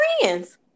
friends